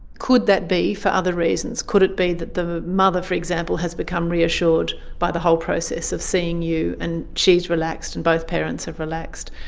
could that be for other reasons? could it be that the mother, for example, has become reassured by the whole process of seeing you and she is relaxed and both parents have relaxed,